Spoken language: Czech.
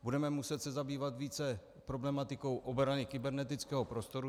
Budeme muset se zabývat více problematikou obrany kybernetického prostoru.